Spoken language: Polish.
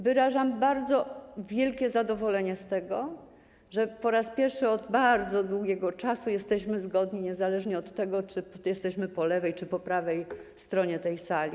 Wyrażam bardzo wielkie zadowolenie z tego, że po raz pierwszy od bardzo długiego czasu jesteśmy zgodni niezależnie od tego, czy jesteśmy po lewej, czy po prawej stronie tej sali.